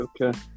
okay